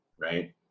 right